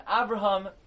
Abraham